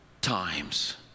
times